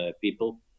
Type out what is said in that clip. people